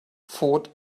fought